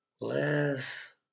Less